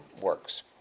works